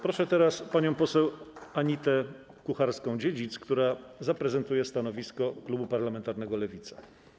Proszę teraz panią poseł Anitę Kucharską-Dziedzic, która zaprezentuje stanowisko klubu parlamentarnego Lewica.